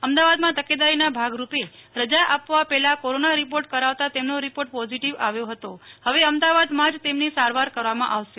અમદાવાદ માં તકેદારી ના ભાગરૂપે રજા આપવા પેલા કોરોના રિપોર્ટ કરાવતા તેમનો રિપોર્ટ પોઝિટિવ આવ્યો હવે અમદાવાદ માંજ તેમની સારવાર કરવામાં આવશે